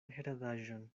heredaĵon